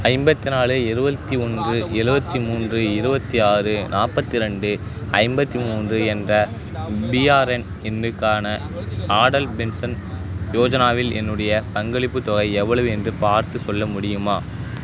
ஐம்பத்தி நாலு எழுவழ்தி ஒன்று எழுபத்தி மூன்று இருபத்தி ஆறு நாற்பத்தி ரெண்டு ஐம்பத்தி மூன்று என்ற பிஆர்என் எண்ணுக்கான ஆடல் பென்ஷன் யோஜனாவில் என்னுடைய பங்களிப்புத் தொகை எவ்வளவு என்று பார்த்துச் சொல்ல முடியுமா